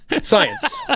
Science